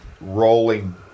rolling